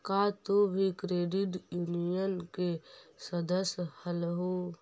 का तुम भी क्रेडिट यूनियन के सदस्य हलहुं?